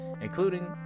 including